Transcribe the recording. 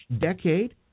decade